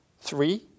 Three